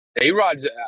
A-Rod's